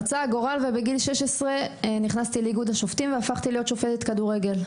רצה הגורל ובגיל 16 נכנסתי לאיגוד השופטים והפכתי להיות שופטת כדורגל.